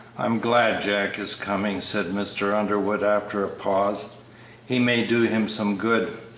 i'm glad jack is coming, said mr. underwood, after a pause he may do him some good.